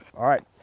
alright,